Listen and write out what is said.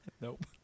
Nope